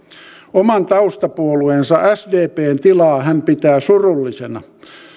oman taustapuolueensa sdpn tilaa hän pitää surullisena